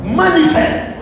manifest